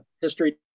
history